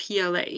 PLA